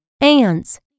ants